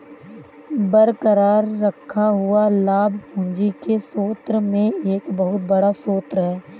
बरकरार रखा हुआ लाभ पूंजी के स्रोत में एक बहुत बड़ा स्रोत है